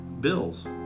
bills